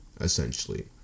essentially